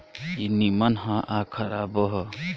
ई निमन ह आ खराबो बा